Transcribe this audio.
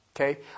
Okay